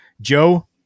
Joe